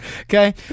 Okay